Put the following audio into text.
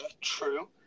true